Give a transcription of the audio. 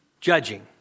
judging